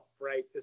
right